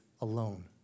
Alone